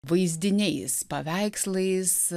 vaizdiniais paveikslais